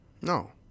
No